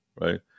right